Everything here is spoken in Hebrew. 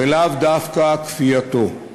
ולאו דווקא כפייתו.